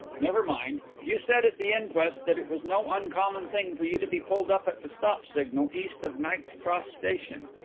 never mind. you said at the inquest that it was no uncommon thing for you to be pulled up at the stop signal east of knight's cross station.